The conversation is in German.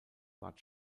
bat